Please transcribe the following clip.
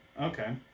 Okay